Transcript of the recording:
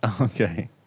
Okay